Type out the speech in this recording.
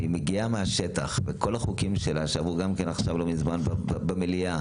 היא מגיעה מהשטח ובכל החוקים שלה שעברו לא מזמן במליאה,